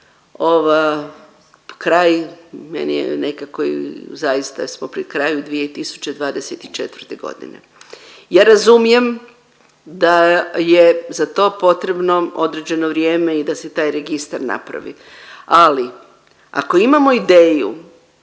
kraj, meni je nekako zaista smo pri kraju 2024. godine. Ja razumijem da je za to potrebno određeno vrijeme i da se taj registar napravi ali ako imamo ideju